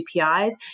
APIs